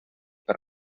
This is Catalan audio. per